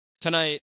Tonight